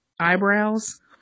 eyebrows